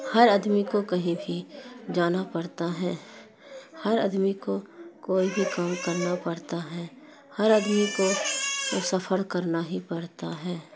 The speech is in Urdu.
ہر آدمی کو کہیں بھی جانا پڑتا ہے ہر آدمی کو کوئی بھی کام کرنا پڑتا ہے ہر ادمی کو سفر کرنا ہی پرتا ہے